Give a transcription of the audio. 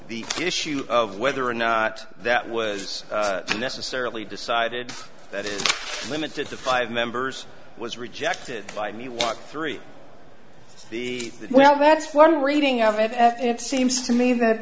the issue of whether or not that was necessarily decided that is limited to five members was rejected by me what three the well that's one reading of it seems to me that